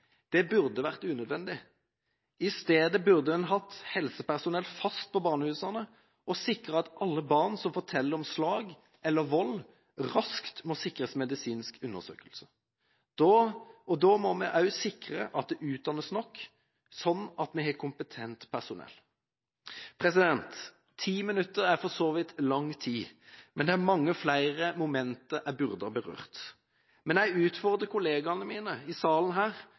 Det burde vært unødvendig. I stedet burde man hatt helsepersonell fast på barnehusene og sikret at alle barn som forteller om slag eller vold, raskt må sikres medisinsk undersøkelse. Da må vi også sikre at det utdannes nok, slik at vi har kompetent personell. 10 minutter er for så vidt lang tid, men det er mange flere momenter jeg burde ha berørt. Men jeg utfordrer kollegene mine i salen her